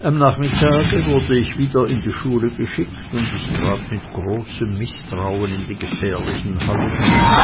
am nachmittage wurde ich wieder in die schule geschickt und ich trat mit großem mißtrauen in die gefährlichen hallen